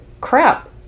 crap